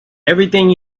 everything